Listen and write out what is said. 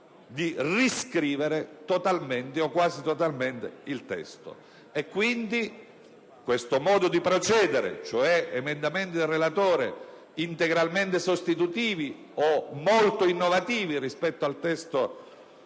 di riscrivere totalmente o quasi totalmente il testo. Pertanto, tale modo di procedere, cioè con emendamenti del relatore integralmente sostitutivi o molto innovativi rispetto al testo